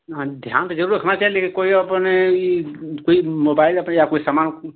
हाँ ध्यान तो जरूर रखना चाहिये लेकिन कोई अपने ही कोई मोबाईल अपने या कोई सामान